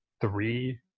three